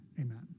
Amen